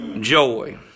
joy